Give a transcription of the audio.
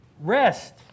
Rest